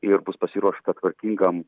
ir bus pasiruošta tvarkingam